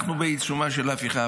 אנחנו בעיצומה של הפיכה.